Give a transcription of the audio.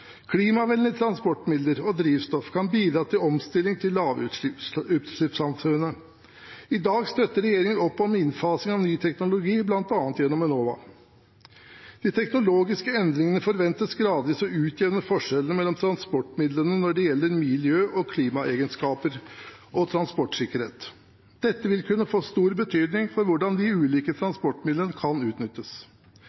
Klimavennlige transportmidler og drivstoff kan bidra til omstilling til lavutslippssamfunnet. I dag støtter regjeringen opp om innfasing av ny teknologi, bl.a. gjennom Enova. De teknologiske endringene forventes gradvis å utjevne forskjellene mellom transportmidlene når det gjelder miljø- og klimaegenskaper og transportsikkerhet. Dette vil kunne få stor betydning for hvordan de ulike